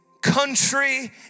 country